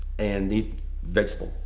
and the vegetable.